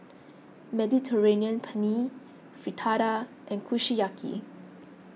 Mediterranean Penne Fritada and Kushiyaki